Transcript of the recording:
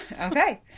Okay